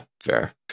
fair